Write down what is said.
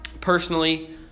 Personally